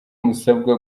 musabwa